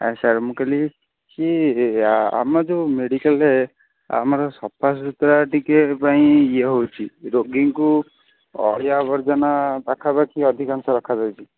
ଆଜ୍ଞା ସାର୍ ମୁଁ କହିଲି କି ଆମ ଯୋଉ ମେଡ଼ିକାଲ୍ରେ ଆମର ସଫାସୁତୁରା ଟିକେ ପାଇଁ ଇଏ ହେଉଛି ରୋଗୀଙ୍କୁ ଅଳିଆ ଆବର୍ଜନା ପାଖାପାଖି ଅଧିକାଂଶ ରଖାଯାଉଛି